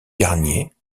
garnier